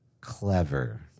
clever